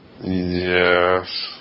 Yes